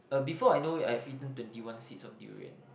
uh before I know it I've eaten twenty one seeds of durian